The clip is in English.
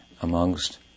amongst